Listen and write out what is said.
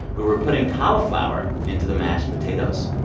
we were putting cauliflower into the mashed potatoes.